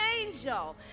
angel